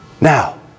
Now